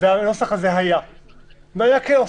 הנוסח הזה היה והיה כאוס.